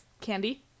Candy